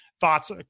thoughts